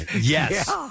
Yes